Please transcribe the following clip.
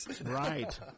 Right